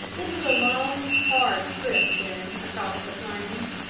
it was a long hard trip then across the plains.